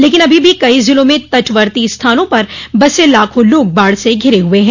लेकिन अभी भी कई जिलों में तटवर्ती स्थानों पर बसे लाखों लोग बाढ़ से घिरे हये हैं